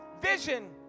vision